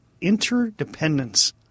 interdependence